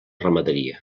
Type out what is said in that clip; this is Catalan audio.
ramaderia